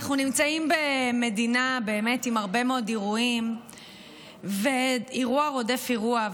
אנחנו נמצאים במדינה עם הרבה מאוד אירועים ואירוע רודף אירוע,